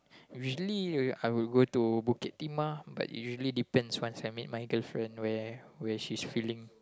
usually I will go to Bukit-Timah but usually depends once I meet my girlfriend where she's feeling